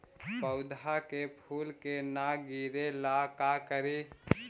पौधा के फुल के न गिरे ला का करि?